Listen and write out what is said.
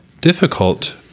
difficult